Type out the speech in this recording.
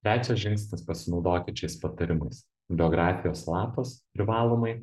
trečias žingsnis pasinaudokit šiais patarimais biografijos lapas privalomai